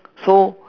so